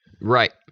Right